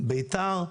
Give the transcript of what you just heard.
בית"ר.